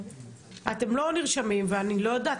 אתם לא נרשמים ואני לא יודעת.